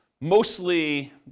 mostly